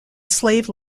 slave